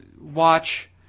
watch